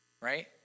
right